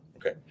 Okay